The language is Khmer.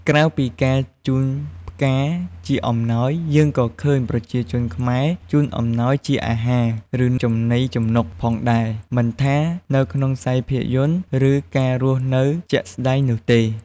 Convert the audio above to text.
ក្រៅពីការជូនផ្កាជាអំណោយ យើងក៏ឃើញប្រជាជនខ្មែរ ជូនអំណោយជាអាហារ ឬចំណីចំនុកផងថា មិនថានៅក្នុងខ្សែភាពយន្ត ឬ ការរស់នៅជាក់ស្ដែងនោះទេ។